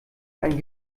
ein